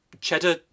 Cheddar